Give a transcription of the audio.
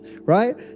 right